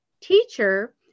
teacher